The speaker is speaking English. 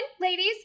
ladies